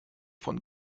von